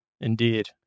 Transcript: indeed